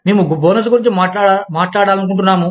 మేము బోనస్ గురించి మాట్లాడాలనుకుంటున్నాము